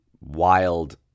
wild